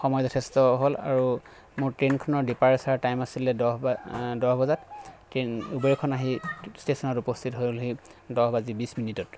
সময় যথেষ্ট হ'ল আৰু মোৰ ট্ৰেইনখনৰ ডিপাৰেচাৰ টাইম আছিলে দহ দহ বজাত ট্ৰেইন ওবেৰখন আহি উপস্থিত হ'লহি দহ বাজি বিছ মিনিটত